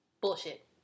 Bullshit